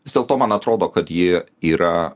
vis dėlto man atrodo kad ji yra